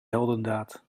heldendaad